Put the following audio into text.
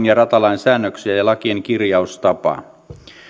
ja ratalain säännöksiä ja lakien kirjaustapaa